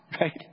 right